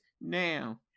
now